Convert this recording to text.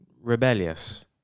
rebellious